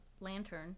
lantern